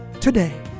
today